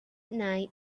night